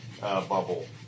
bubble